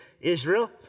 Israel